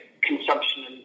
consumption